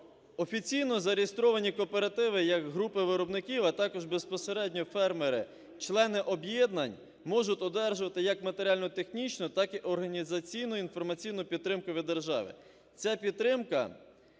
офіційно зареєстровані кооперативи, як групи виробників, а також безпосередньо фермери, члени об'єднань можуть одержувати як матеріально-технічну, так і організаційну, інформаційну підтримку від держави. Ця підтримка